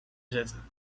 zetten